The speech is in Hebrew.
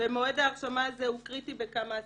ומועד ההרשמה הזה הוא קריטי בכמה אספקטים: